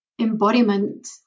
embodiment